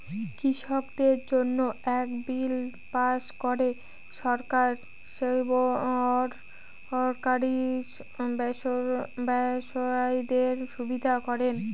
কৃষকদের জন্য এক বিল পাস করে সরকার বেসরকারি ব্যবসায়ীদের সুবিধা করেন